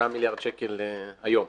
3 מיליארד שקל היום.